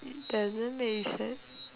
it doesn't make sense